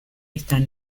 están